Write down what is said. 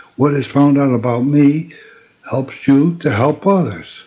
what is found out about me helps you to help others,